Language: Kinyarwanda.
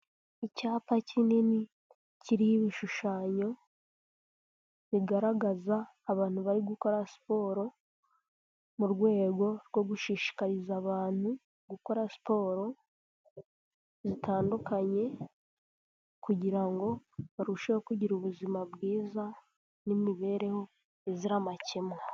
Icyapa kinini kiriho ibishushanyo bigaragaza abantu bari gukora siporo, mu rwego rwo gushishikariza abantu gukora siporo zitandukanye kugira ngo barusheho kugira ubuzima bwiza n'imibereho izira amakemwa.